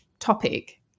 Topic